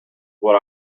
what